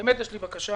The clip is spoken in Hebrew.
באמת שיש לי בקשה.